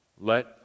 let